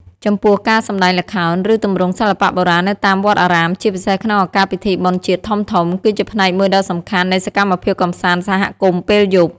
ចំពោះការសម្ដែងល្ខោន ឬទម្រង់សិល្បៈបុរាណនៅតាមវត្តអារាម ជាពិសេសក្នុងឱកាសពិធីបុណ្យជាតិធំៗ គឺជាផ្នែកមួយដ៏សំខាន់នៃសកម្មភាពកម្សាន្តសហគមន៍ពេលយប់។